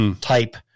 type